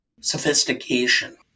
sophistication